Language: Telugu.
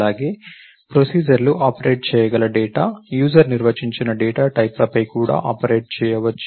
అలాగే ప్రొసీజర్లు ఆపరేట్ చేయగల డేటా యూజర్ నిర్వచించిన డేటా టైప్ లపై కూడా ఆపరేట్ చేయవచ్చు